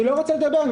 אני לא רוצה לדבר.